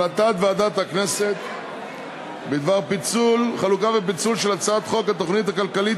החלטת ועדת הכנסת בדבר חלוקה ופיצול של הצעת חוק התוכנית הכלכלית